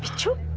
to